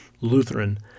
Lutheran